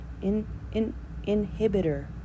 Inhibitor